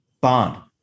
Bond